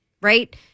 Right